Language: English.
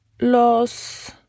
los